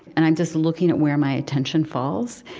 and i'm just looking at where my attention falls.